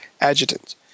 adjutant